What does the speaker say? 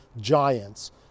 giants